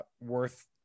worth